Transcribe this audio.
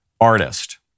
artist